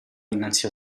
dinanzi